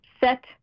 set